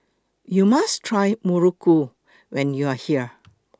YOU must Try Muruku when YOU Are here